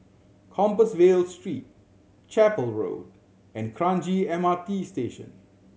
Compassvale Street Chapel Road and Kranji M R T Station